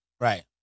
Right